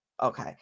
Okay